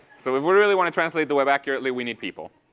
so if we really want to translate the web accurately we need people.